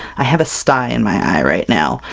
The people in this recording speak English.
i have a stye in my eye right now.